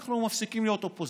אנחנו מפסיקים להיות אופוזיציה.